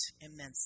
immensely